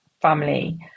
family